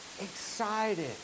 excited